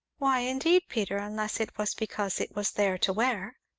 why, indeed, peter, unless it was because it was there to wear.